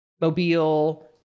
Mobile